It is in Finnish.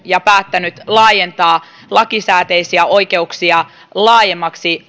siihen ja päättänyt laajentaa lakisääteisiä oikeuksia laajemmiksi